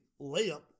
layup